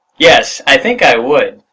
yes, i think i would.